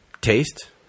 taste